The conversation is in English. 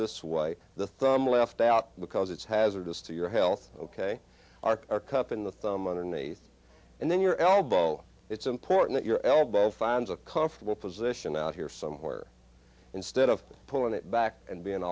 this way the thumb left out because it's hazardous to your health ok r r cup in the thumb underneath and then your elbow it's important your elbow finds a comfortable position out here somewhere instead of pulling it back and being